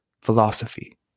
philosophy